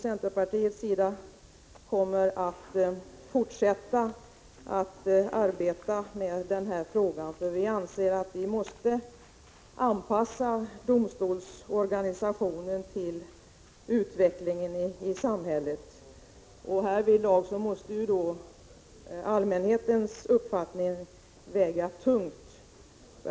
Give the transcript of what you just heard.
Centerpartiet kommer att fortsätta arbetet med denna fråga, eftersom vi anser att domstolsorganisationen måste anpassas till utvecklingen i samhället. Härvidlag måste allmänhetens uppfattning väga tungt.